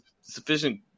sufficient